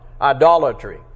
Idolatry